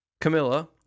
Camilla